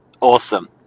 Awesome